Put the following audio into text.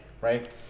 Right